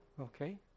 Okay